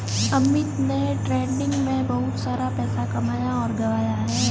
अमित ने day trading में बहुत सारा पैसा कमाया और गंवाया है